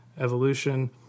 evolution